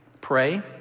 pray